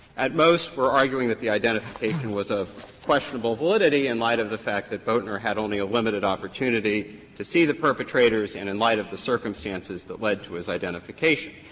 at most, we are arguing that the identification was of questionable validity in light of the fact that boatner had only a limited opportunity to see the perpetrators and in light of the circumstances that led to his identification.